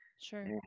Sure